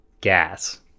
Gas